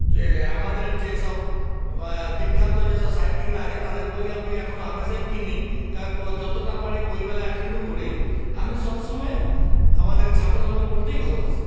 যে আমাদের যেসব বিখ্যাত যেসব সাহিত্যিকরা আছে তাদের বই আমি এখন হামেসাই কিনি যতটা পারি বই মেলা অ্যাটেন্ডও করি আমি সবসময় আমাদের ছাপানো বই পড়তেই ভালোবাসি